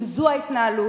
אם זאת ההתנהלות,